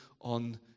on